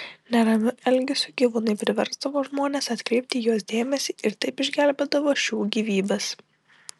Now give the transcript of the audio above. neramiu elgesiu gyvūnai priversdavo žmones atkreipti į juos dėmesį ir taip išgelbėdavo šių gyvybes